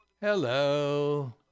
hello